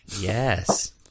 yes